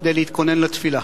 כדי להתכונן לתפילה.